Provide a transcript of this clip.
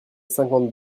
cinquante